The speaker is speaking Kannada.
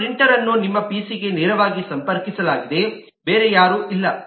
ನಿಮ್ಮ ಪ್ರಿಂಟರ್ ಅನ್ನು ನಿಮ್ಮ ಪಿಸಿಗೆ ನೇರವಾಗಿ ಸಂಪರ್ಕಿಸಲಾಗಿದೆ ಬೇರೆ ಯಾರೂ ಇಲ್ಲ